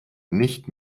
nicht